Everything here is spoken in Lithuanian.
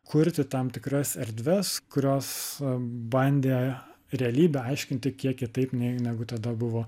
kurti tam tikras erdves kurios bandė realybę aiškinti kiek kitaip negu tada buvo